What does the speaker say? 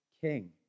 king